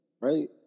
right